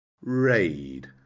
raid